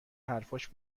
حرفاش